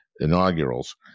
inaugurals